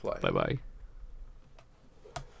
Bye-bye